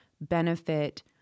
benefit